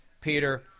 Peter